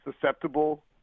susceptible